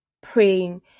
praying